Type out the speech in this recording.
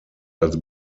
als